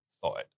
thought